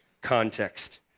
context